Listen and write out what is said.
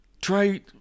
Try